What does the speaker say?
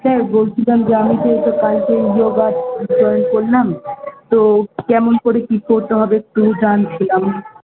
sir বলছিলাম যে আমি যেহেতু কালকে যোগা জয়েন করলাম তো কেমন করে কী করতে হবে একটু জানতে চাই